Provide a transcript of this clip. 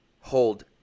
hold